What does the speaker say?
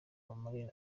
bamare